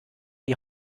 die